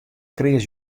kreas